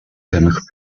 тамхи